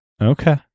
Okay